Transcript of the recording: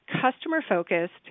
customer-focused